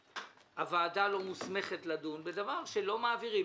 הוועדה לא מוסמכת לדון בדבר שלא מעבירים